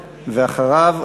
ואחריו,